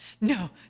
no